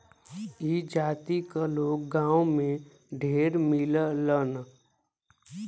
ई जाति क लोग गांव में ढेर मिलेलन